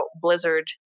blizzard